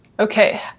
Okay